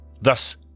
thus